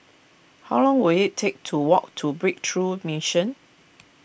how long will it take to walk to Breakthrough Mission